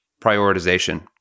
prioritization